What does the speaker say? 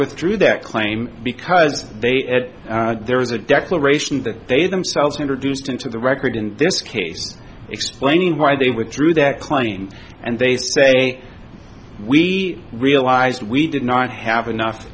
withdrew that claim because they had there was a declaration that they themselves introduced into the record in this case explaining why they withdrew that claim and they say we realize we did not have enough